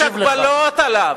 יש הגבלות עליו,